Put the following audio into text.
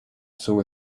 saw